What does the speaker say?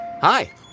Hi